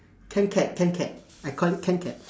kancat kancat I call it kancat